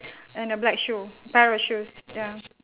and a black shoe pair of shoes ya